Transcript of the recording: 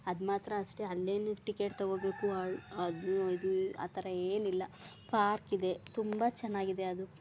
ಅದು ಮಾತ್ರ ಅಷ್ಟೆ ಅಲ್ಲೇನು ಟಿಕೆಟ್ ತಗೊಬೇಕು ಅಲ್ ಅದು ಇದು ಆ ಥರ ಏನಿಲ್ಲ ಪಾರ್ಕ್ ಇದೆ ತುಂಬ ಚೆನ್ನಾಗಿದೆ ಅದು